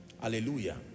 Hallelujah